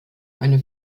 eine